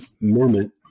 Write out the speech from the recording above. moment